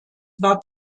war